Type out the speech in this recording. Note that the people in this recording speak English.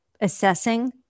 assessing